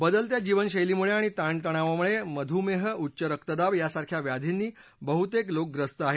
बदलत्या जीवनशैलीमुळे आणि ताणतणावा मुळे मधुमेह उच्च रक्तदाब सारख्या व्याधींनी बहुतेक लोकं ग्रस्त आहेत